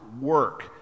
work